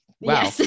Wow